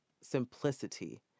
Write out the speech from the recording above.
simplicity